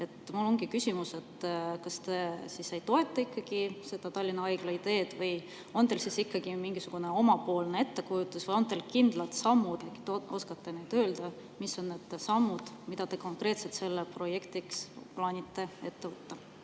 Mul ongi küsimus, kas te siis ikkagi ei toeta seda Tallinna Haigla ideed või on teil mingisugune oma ettekujutus või on teil kindlad sammud. Kas oskate öelda, mis on need sammud, mida te konkreetselt selle projekti jaoks plaanite ette võtta?